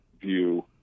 view